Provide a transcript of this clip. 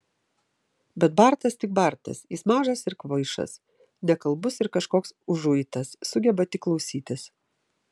bet bartas tik bartas jis mažas ir kvaišas nekalbus ir kažkoks užuitas sugeba tik klausytis